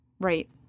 Right